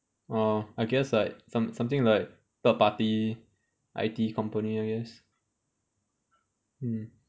oh I guess like some something like third party I_T company I guess mm